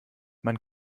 man